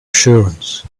assurance